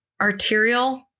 arterial